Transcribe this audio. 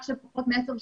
ברכות.